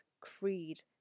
Creed